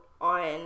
on